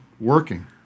working